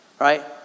Right